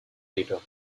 later